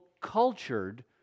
cultured